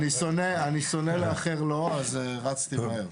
אני שונא לאחר לו, אז רצתי מהר.